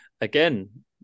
again